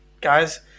guys